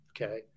okay